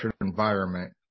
environment